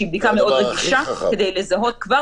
-- שהיא בדיקה מאוד רגישה כדי לזהות כבר